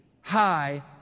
high